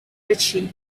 duchy